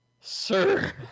sir